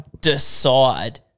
decide